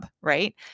right